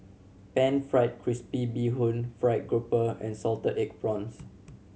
Pan Fried Crispy Bee Hoon fried grouper and salted egg prawns